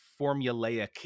formulaic